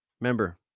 Remember